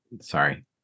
Sorry